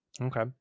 okay